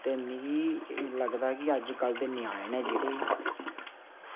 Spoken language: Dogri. ते मिगी लगदा कि अज्जकल दे ञ्यानें न जेह्ड़े